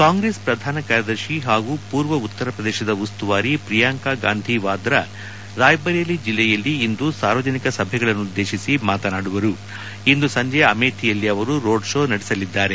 ಕಾಂಗ್ರೆಸ್ ಪ್ರಧಾನ ಕಾರ್ಯದರ್ಶಿ ಹಾಗೂ ಪೂರ್ವ ಉತ್ತರ ಪ್ರದೇಶದ ಉಸ್ತುವಾರಿ ಪ್ರಿಯಾಂಕ ಗಾಂಧಿ ವಾದ್ರಾ ಅವರು ರಾಯಬರೇಲಿ ಜಿಲ್ಲೆಯಲ್ಲಿ ಇಂದು ಸಾರ್ವಜನಿಕ ಸಭೆಗಳನ್ನುದ್ದೇಶಿಸಿ ಮಾತನಾಡುವರು ಹಾಗೂ ಇಂದು ಸಂಜೆ ಅಮೇಥಿಯಲ್ಲಿ ಅವರು ರೋಡ್ ಶೋ ನಡೆಸಲಿದ್ದಾರೆ